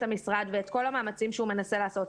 המשרד ואת כל המאמצים שהוא מנסה לעשות.